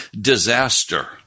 Disaster